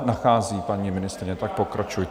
... nachází paní ministryně, tak pokračujte.